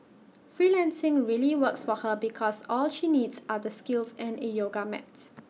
freelancing really works for her because all she needs are the skills and A yoga mats